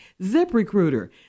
ZipRecruiter